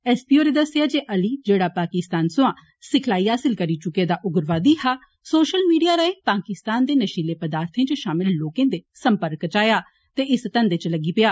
एस P होरे दस्सेआ जे अली जेड़ा पाकिस्तान सोयां सिखलाई हासल करी चुके दा उग्रवादी हा सोषल मीडिया राएं पाकिस्तान दे नषीले पर्दाथे च मुलव्वस लोकें दे सम्पर्क च आया ते इस धन्धे च लग्गी पेआ